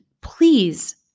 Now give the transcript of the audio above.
please